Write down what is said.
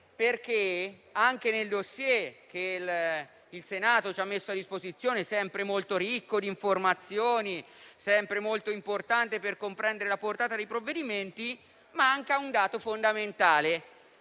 perché nel *dossier* che il Senato ci ha messo a disposizione, sempre molto ricco di informazioni per comprendere la portata dei provvedimenti, manca un dato fondamentale.